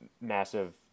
massive